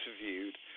interviewed